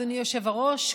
אדוני היושב-ראש,